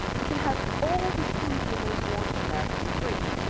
you can have all the food you may want to have in your fridge,